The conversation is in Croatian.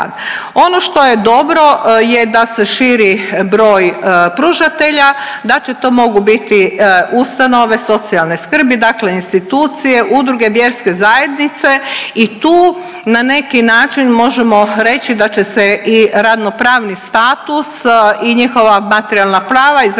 Ono što je dobro je da se širi broj pružatelja, da će to mogu biti ustanove socijalne skrbi, dakle institucije, udruge, vjerske zajednice i tu na neki način možemo reći da će se i radnopravni status i njihova materijalna prava iz radnog